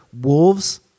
Wolves